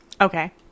Okay